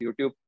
YouTube